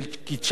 ואני אומר,